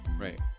Right